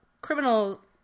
criminal